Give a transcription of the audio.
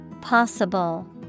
possible